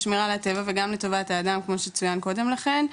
שמירה על הטבע וגם לטובת האדם כמו שצוין קודם לכן,